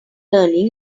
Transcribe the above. learning